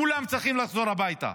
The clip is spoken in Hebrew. כולם צריכים לחזור הביתה,